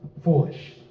foolish